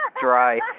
dry